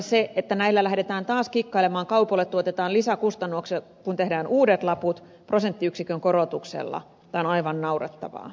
se että näillä lähdetään taas kikkailemaan ja kaupoille tuotetaan lisäkustannuksia kun tehdään uudet laput prosenttiyksikön korotuksella on aivan naurettavaa